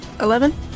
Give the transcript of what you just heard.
Eleven